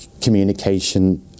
communication